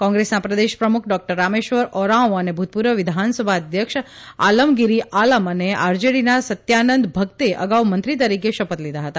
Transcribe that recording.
કોંગ્રેસના પ્રદેશ પ્રમુખ ડોકટર રામેશ્વર ઓરાંવ અને ભૂતપૂર્વ વિધાનસભા અધ્યક્ષ આલમગીર આલમ અને આરજેડીના સત્યાનંદ ભકતે અગાઉ મંત્રી તરીકે શપથ લીધા હતા